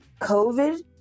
covid